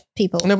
people